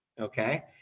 Okay